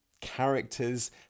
characters